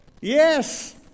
Yes